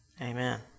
amen